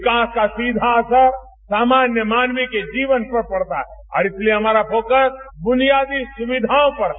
विकास का सीधा असर सामान्य मानवी की जीवन पर पड़ता है और इसलिए हमारा फोकस ब्रनियादी सुविधाओं पर है